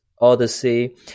Odyssey